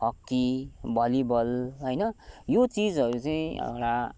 hockey volleyball होइन यो चिजहरू चाहिँ एउटा